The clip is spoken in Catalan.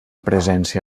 presència